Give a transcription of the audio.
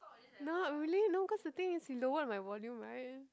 no lah really no cause the thing is he lowered my volume right